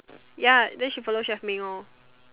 ya then she follow chef Ming lor